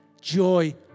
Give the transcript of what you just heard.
joy